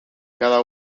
cada